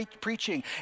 preaching